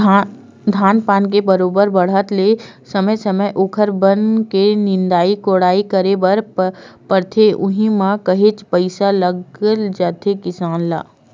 धान पान के बरोबर बाड़हत ले समे समे ओखर बन के निंदई कोड़ई करे बर परथे उहीं म काहेच पइसा लग जाथे किसान ल